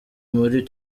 muri